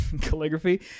calligraphy